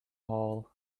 hall